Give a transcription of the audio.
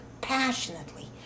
passionately